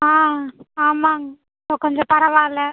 ஆ ஆமாம்ங்க இப்போ கொஞ்சம் பரவால்ல